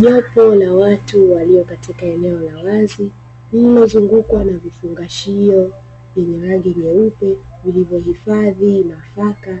Jopo la watu waliokua katika eneo la wazi, lililozungukwa na vifungashio vyenye rangi nyeupe, vilivyohifadhi nafaka